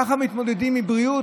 ככה מתמודדים עם בריאות?